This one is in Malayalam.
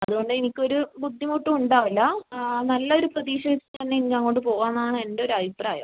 അതുകൊണ്ട് നിനക്ക് ഒരു ബുദ്ധിമുട്ടും ഉണ്ടാവില്ല നല്ല ഒരു പ്രതീക്ഷ വച്ചിട്ട് തന്നെ ഇനിയും അങ്ങോട്ട് പോവാമെന്നാണ് എൻ്റെ ഒരു അഭിപ്രായം